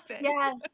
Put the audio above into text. yes